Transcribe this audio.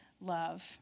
love